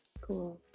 Cool